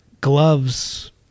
gloves